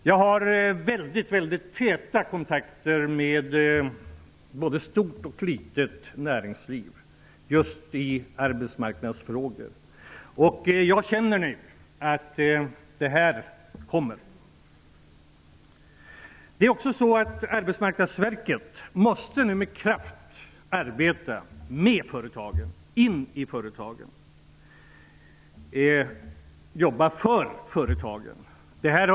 Jag har mycket täta kontakter med både det stora och det lilla näringslivet just när det gäller arbetsmarknadsfrågor. Jag känner att detta är något som kommer. Arbetsmarknadsverket måste nu med kraft arbeta med och för företagen.